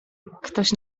ktoś